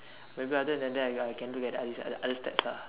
maybe other than that I can look at this other stats ah